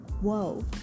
whoa